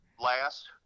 last